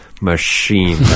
machine